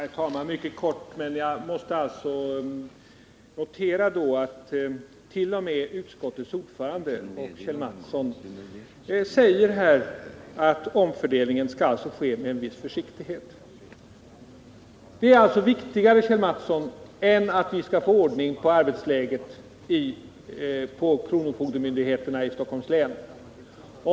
Herr talman! Jag skall fatta mig mycket kort. Jag måste notera att t.o.m. utskottets ordförande Kjell Mattsson säger att omfördelningen skall ske med en viss försiktighet. Detta är alltså viktigare, Kjell Mattsson, än att vi får ordning på arbetsläget hos kronofogdemyndigheterna i Stockholms län.